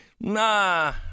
nah